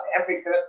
Africa